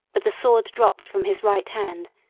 but the sword dropped from his right hand,